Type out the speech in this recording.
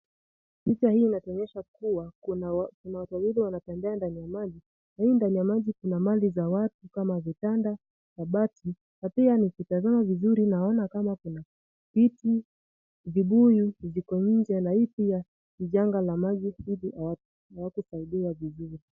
Picha hi inatuonyesha ya kuwa kuna wanaume wawili wanatembea ndani ya maji na ndani ya maji kuna mali za watu kama vitanda, kabati na pia nikitazama vizuri naona kama kijiji kivuli kiko nje rahisi ya kujanga la maji hivi.